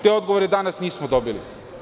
Te odgovore danas nismo dobili.